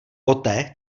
poté